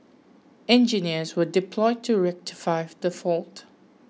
engineers were deployed to rectify the fault